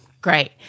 Great